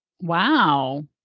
Wow